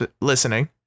listening